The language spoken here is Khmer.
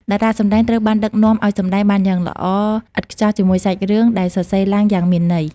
តារាសម្តែងត្រូវបានដឹកនាំឱ្យសម្ដែងបានយ៉ាងល្អឥតខ្ចោះជាមួយសាច់រឿងដែលសរសេរឡើងយ៉ាងមានន័យ។